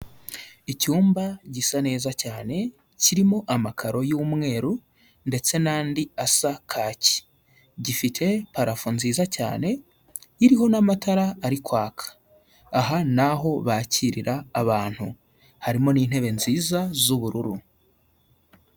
Icyumba gisa neza cyane, kirimo amakaro y'umweru, ndetse n'andi asa kaki. Gifite parafo nziza cyane iriho n'amatara ari kwaka. Aha ni aho bakirira abantu harimo n'intebe nziza z'ubururu.